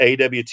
awt